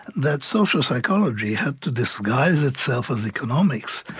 that social psychology had to disguise itself as economics